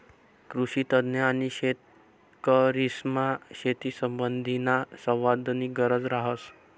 कृषीतज्ञ आणि शेतकरीसमा शेतीसंबंधीना संवादनी गरज रहास